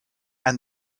and